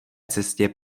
cestě